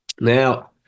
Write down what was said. Now